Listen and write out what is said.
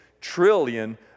trillion